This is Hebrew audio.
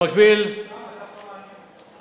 במקביל, למה, דווקא מעניין.